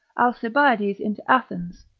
alcibiades into athens,